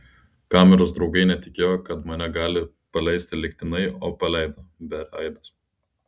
kameros draugai netikėjo kad mane gali paleisti lygtinai o paleido beria aidas